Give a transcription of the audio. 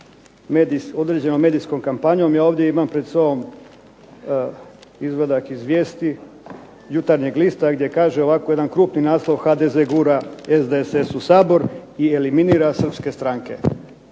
određenom medijskom kampanjom. Ja ovdje imam pred sobom izvadak iz vijesti Jutarnjeg lista gdje kaže ovako jedan krupni naslov, HDZ gura SDSS u Sabor i eliminira srpske stranke.